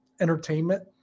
entertainment